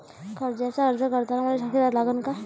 कर्जाचा अर्ज करताना मले साक्षीदार लागन का?